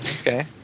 Okay